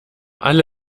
alle